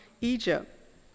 Egypt